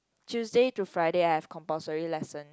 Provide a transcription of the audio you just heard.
Tuesday to Friday I've compulsory lesson